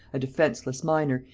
a defenceless minor,